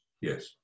Yes